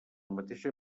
mateixa